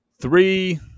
three